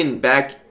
back